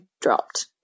dropped